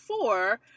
four